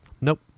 nope